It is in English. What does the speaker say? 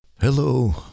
Hello